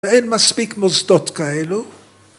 ‫אין מספיק מוסדות כאלו.